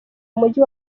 mujyi